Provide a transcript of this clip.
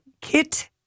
Kit